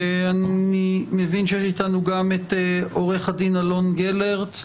אני מבין שיש איתנו גם את עורך הדין אלון גלרט,